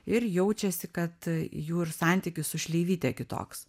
ir jaučiasi kad jų ir santykis su šleivyte kitoks